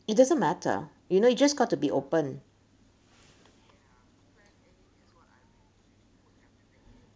it doesn't matter you know you just got to be open